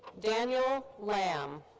daniel lamb.